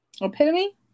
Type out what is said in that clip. Epitome